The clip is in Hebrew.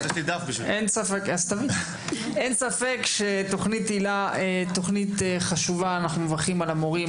אין ספק שתוכנית היל"ה היא תוכנית חשובה ואנחנו מברכים את המורים,